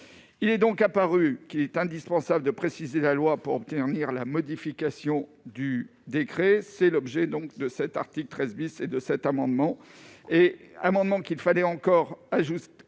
Il est donc apparu qu'il était indispensable de préciser la loi pour obtenir la modification du décret. Tel est l'objet de cet article 13 , et de cet amendement, qu'il fallait encore ajuster,